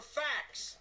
facts